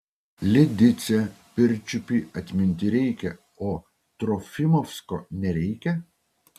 lidicę pirčiupį atminti reikia o trofimovsko nereikia